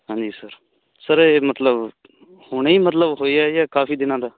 ਹਾਂਜੀ sir sir ਇਹ ਮਤਲਬ ਹੁਣੇ ਹੀ ਮਤਲਬ ਹੋਈ ਆ ਜਾਂ ਕਾਫੀ ਦਿਨਾਂ ਦਾ